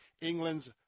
England's